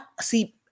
see